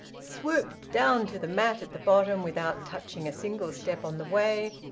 swooped down to the mat at the bottom, without touching a single step on the way,